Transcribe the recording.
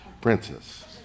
princess